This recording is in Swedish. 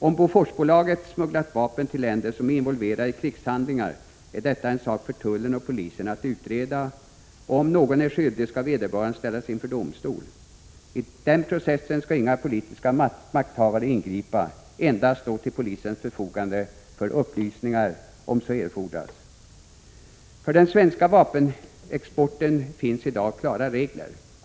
Om Boforsbolaget smugglat vapen till länder som är involverade i krigshandlingar är detta en sak för tullen och polisen att utreda, och om någon är skyldig skall vederbörande ställas inför domstol. I den processen skall inga politiska makthavare ingripa, endast stå till polisens förfogande för upplysningar om så erfordras. För den svenska vapenexporten finns i dag klara regler.